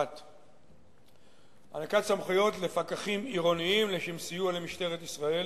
1. הענקת סמכויות לפקחים עירוניים לשם סיוע למשטרת ישראל